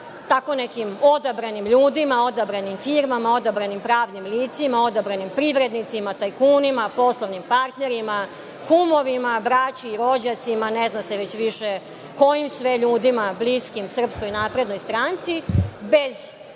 tako nekim odabranim ljudima, odabranim firmama, odabranim pravnim licima, odabranim privrednicima, tajkunima, poslovnim partnerima, kumovima, braći i rođacima, ne zna se već više kojim sve ljudima bliskim SNS bez ikakvih procedura, bez